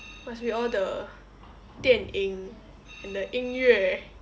must be all the 电影 and the 音乐